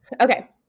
Okay